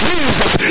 Jesus